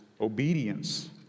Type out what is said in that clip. obedience